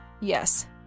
Yes